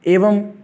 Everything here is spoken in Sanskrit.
एवं